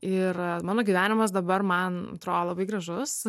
ir mano gyvenimas dabar man atrodo labai gražus